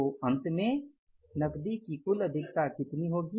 तो अंत में नकदी की कुल अधिकता कितनी होगी